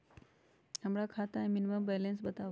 हमरा खाता में मिनिमम बैलेंस बताहु?